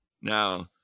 Now